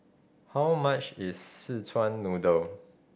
how much is Szechuan Noodle